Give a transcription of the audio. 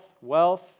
wealth